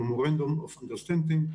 ה-Memorandum of Understanding ,